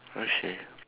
I see